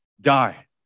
die